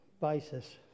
basis